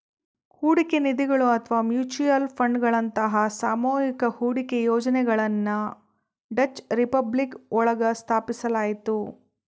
ಹೂಡಿಕೆ ನಿಧಿಗಳು ಅಥವಾ ಮ್ಯೂಚುಯಲ್ ಫಂಡ್ಗಳಂತಹ ಸಾಮೂಹಿಕ ಹೂಡಿಕೆ ಯೋಜನೆಗಳನ್ನ ಡಚ್ ರಿಪಬ್ಲಿಕ್ ಒಳಗ ಸ್ಥಾಪಿಸಲಾಯ್ತು